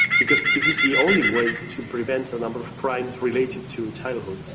because this is the only way to prevent a number of crimes related to childhood.